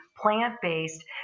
plant-based